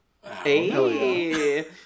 hey